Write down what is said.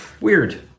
Weird